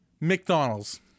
McDonald's